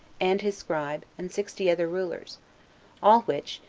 and his scribe, and sixty other rulers all which,